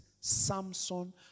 Samson